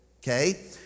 Okay